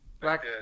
Black